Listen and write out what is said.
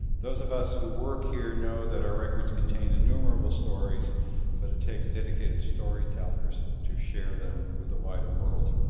those of us who work here know that our records contain innumerable stories but it takes dedicated story tellers to share them with the wider world.